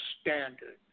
standard